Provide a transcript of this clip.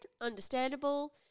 understandable